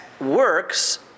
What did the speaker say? works